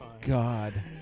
God